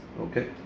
Okay